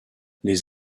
les